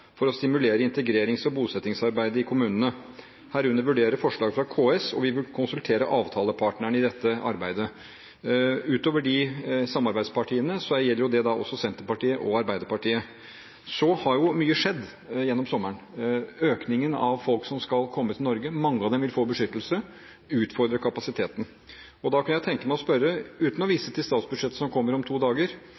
for å stimulere integrerings- og bosettingsarbeidet i kommunene, herunder vurdere forslag fra KS, og vil konsultere avtalepartene i dette arbeidet.» Utover samarbeidspartiene gjelder det også Senterpartiet og Arbeiderpartiet. Mye har skjedd gjennom sommeren – økningen av folk som skal komme til Norge, mange av dem vil få beskyttelse, og det vil utfordre kapasiteten. Da kunne jeg tenke meg å spørre, uten å vise til statsbudsjettet som kommer om to dager: